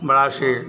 बड़ा शे